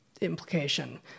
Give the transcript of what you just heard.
implication